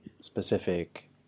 specific